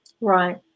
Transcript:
Right